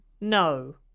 No